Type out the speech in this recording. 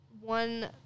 one